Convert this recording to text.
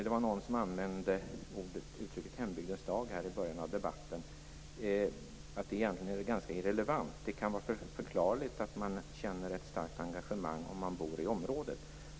Det var någon som använde uttrycket hembygdens dag i början av debatten och sade att det egentligen är ganska irrelevant i sammanhanget. Det kan vara förklarligt att man känner ett starkt engagemang om man bor i området.